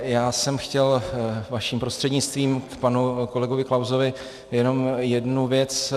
Já jsem chtěl vaším prostřednictvím k panu kolegovi Klausovi jenom jednu věc.